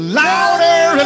louder